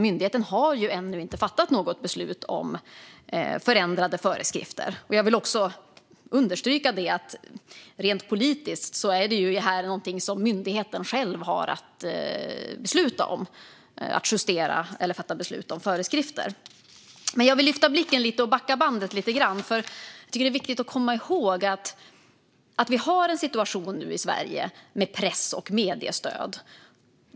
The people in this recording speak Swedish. Myndigheten har ju ännu inte fattat något beslut om förändrade föreskrifter. Jag vill också understryka att rent politiskt är detta, att justera eller fatta beslut om föreskrifter, någonting som myndigheten själv har att sköta. Jag vill dock lyfta blicken och backa bandet lite grann. Det är viktigt att komma ihåg hur situationen i Sverige ser ut med press och mediestöd.